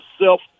self